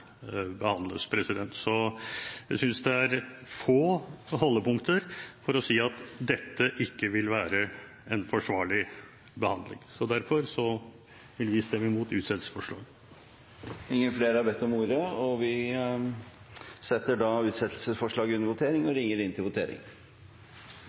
behandles. Jeg synes det er få holdepunkter for å si at dette ikke vil være en forsvarlig behandling. Derfor vil vi stemme imot utsettelsesforslaget. Flere har ikke bedt om ordet for å kommentere utsettelsesforslaget, og vi ringer inn til votering.